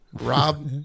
Rob